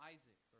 Isaac